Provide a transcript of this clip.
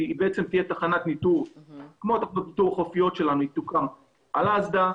תחנת הניטור תוקם על האסדה.